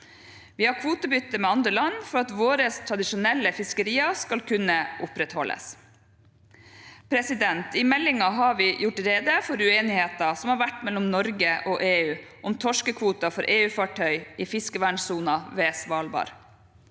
Vi har kvotebytte med andre land for at våre tradisjonelle fiskerier skal kunne opprettholdes. I meldingen har vi gjort rede for uenigheter som har vært mellom Norge og EU om torskekvoter for EU-far tøy i fiskevernsonen ved Svalbard.